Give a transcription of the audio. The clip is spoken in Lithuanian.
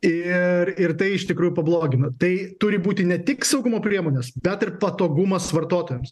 ir ir tai iš tikrųjų pablogina tai turi būti ne tik saugumo priemonės bet ir patogumas vartotojams